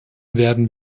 werden